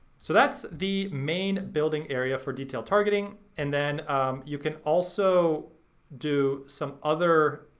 so that's the main building area for detailed targeting. and then you can also do some other,